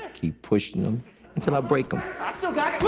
keep pushing him until i break him. i still got